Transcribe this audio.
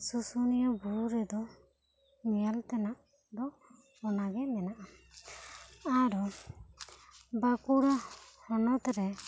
ᱥᱩᱥᱩᱱᱤᱭᱟᱹ ᱵᱩᱨᱩ ᱨᱮᱫᱚ ᱧᱮᱞ ᱛᱮᱱᱟᱜ ᱫᱚ ᱚᱱᱟ ᱜᱮ ᱢᱮᱱᱟᱜ ᱟ ᱟᱨᱚ ᱵᱟᱹᱠᱩᱲᱟ ᱦᱚᱱᱚᱛ ᱨᱮ